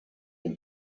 dem